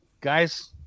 Guys